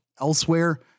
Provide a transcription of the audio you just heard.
elsewhere